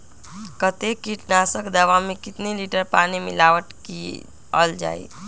कतेक किटनाशक दवा मे कितनी लिटर पानी मिलावट किअल जाई?